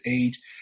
age